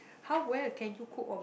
how well can you cook or bake